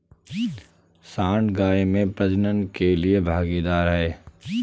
सांड गाय में प्रजनन के लिए भागीदार है